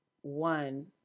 one